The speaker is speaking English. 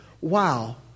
Wow